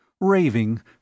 Raving